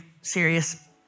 serious